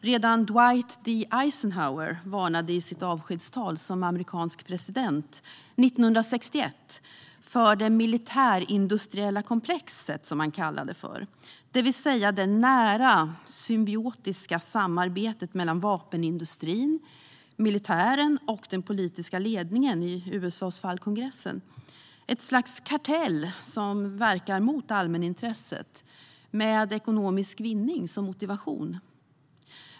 Redan Dwight D Eisenhower varnade i sitt avskedstal som amerikansk president 1961 för det militärindustriella komplexet, det vill säga det nära, symbiotiska samarbetet mellan vapenindustrin, militären och den politiska ledningen, i USA:s fall kongressen - ett slags kartell som verkar mot allmänintresset med ekonomisk vinning som motivation.